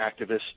activists